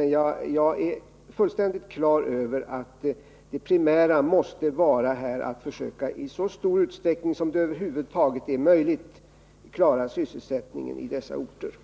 Jag är emellertid fullständigt på det klara med att det primära måste vara att vi i så stor utsträckning som det över huvud taget är möjligt försöker klara sysselsättningen på dessa orter.